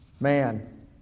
man